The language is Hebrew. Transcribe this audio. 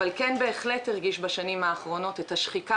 אבל בהחלט הרגיש בשנים האחרונות את השחיקה